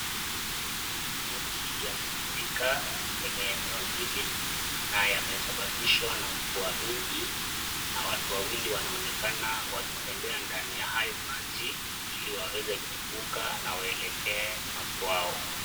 Maji yamefurika kwenye eneo hili na yamesababishwa na mvua mingi na watu wawili wanaonekana wakitembea ndani ya hayo maji ili waweze kuvuka na waelekee makwao.